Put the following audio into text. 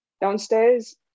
downstairs